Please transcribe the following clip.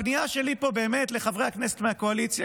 הפנייה שלי היא באמת לחברי הכנסת מהקואליציה,